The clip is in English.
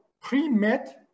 pre-med